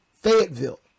Fayetteville